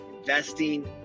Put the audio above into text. investing